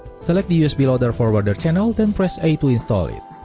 select the usb loader forwarder channel then press a to install it